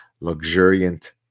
Luxuriant